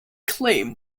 claim